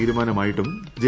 തീരുമാനമായിട്ടും J